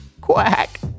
quack